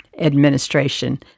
administration